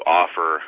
offer